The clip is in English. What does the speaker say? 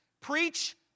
Preach